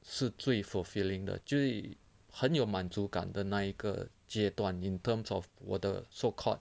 是最 fulfilling 的最很有满足感的那一个阶段 in terms of 我的 so called